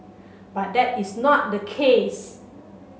but that is not the case